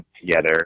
together